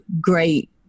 great